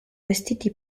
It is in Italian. vestiti